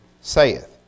saith